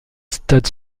stade